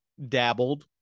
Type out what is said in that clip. dabbled